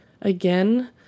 Again